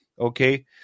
okay